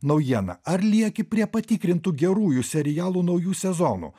naujieną ar lieki prie patikrintų gerųjų serialų naujų sezonų